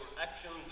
actions